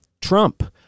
Trump